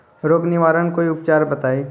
रोग निवारन कोई उपचार बताई?